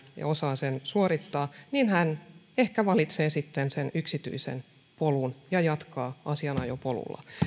ja osaa sen suorittaa ehkä valitsee sitten sen yksityisen polun ja jatkaa asianajopolulla